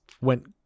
went